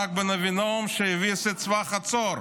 ברק בן אבינעם, שהביס את צבא חצור.